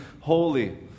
holy